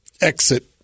exit